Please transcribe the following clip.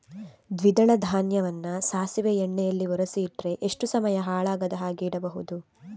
ದ್ವಿದಳ ಧಾನ್ಯವನ್ನ ಸಾಸಿವೆ ಎಣ್ಣೆಯಲ್ಲಿ ಒರಸಿ ಇಟ್ರೆ ಎಷ್ಟು ಸಮಯ ಹಾಳಾಗದ ಹಾಗೆ ಇಡಬಹುದು?